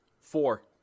Four